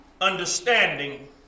understanding